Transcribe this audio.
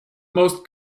most